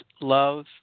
love